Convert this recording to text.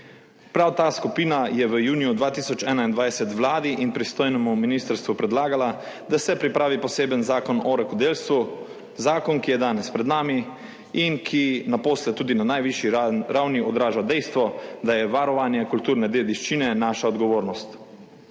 Prav ta skupina je v juniju 2021 Vladi in pristojnemu ministrstvu predlagala, da se pripravi poseben zakon o rokodelstvu, zakon, ki je danes pred nami in ki naposled tudi na najvišji ravni odraža dejstvo, da je varovanje kulturne dediščine naša odgovornost.